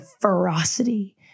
ferocity